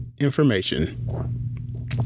information